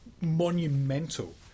monumental